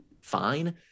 fine